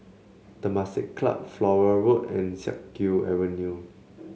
Temasek Club Flora Road and Siak Kew Avenue